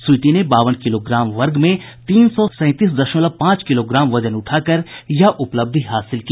स्वीटी ने बावन किलोग्राम वर्ग में तीन सौ सैंतीस दशमलव पांच किलोग्राम वजन उठाकर यह उपलब्धि हासिल की